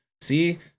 See